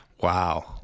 Wow